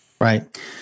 Right